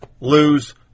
lose